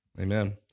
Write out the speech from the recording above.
amen